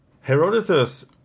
Herodotus